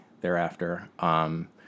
thereafter